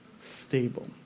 stable